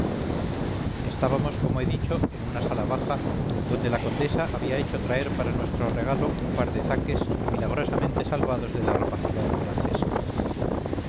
estábamos como he dicho en una sala baja donde la condesa había hecho traer para nuestro regalo un par de zaques milagrosamente salvados de la rapacidad francesa